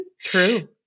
True